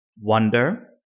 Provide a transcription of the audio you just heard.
wonder